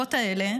מהמחשבות האלה,